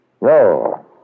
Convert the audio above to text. No